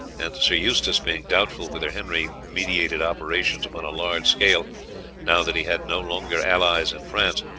and sir eustace, being doubtful whether henry meditated operations upon a large scale now that he had no longer allies in france,